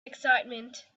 excitement